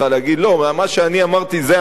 מה שאני אמרתי זה הנכון,